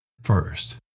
first